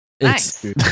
Nice